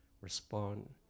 respond